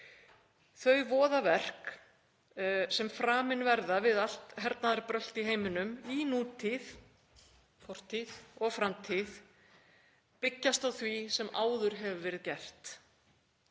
Þau voðaverk sem framin verða við allt hernaðarbrölt í heiminum í nútíð, fortíð og framtíð byggjast á því sem áður hefur verið gert.